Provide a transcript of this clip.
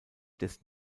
des